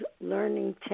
learning